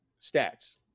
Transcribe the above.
stats